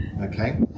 okay